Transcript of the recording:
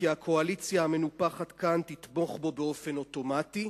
כי הקואליציה המנופחת כאן תתמוך בו באופן אוטומטי,